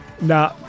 Nah